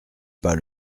pas